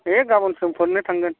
ए गाबोन समफोरनो थांगोन